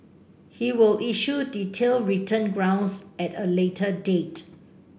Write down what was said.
he will issue detailed written grounds at a later date